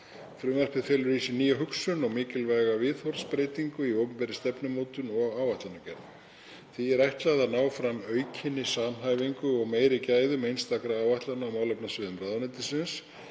Frumvarpið felur í sér nýja hugsun og mikilvæga viðhorfsbreytingu í opinberri stefnumótun og áætlanagerð. Því er ætlað að ná fram aukinni samhæfingu og meiri gæðum einstakra áætlana á málefnasviðum ráðuneytisins,